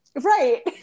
Right